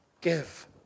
give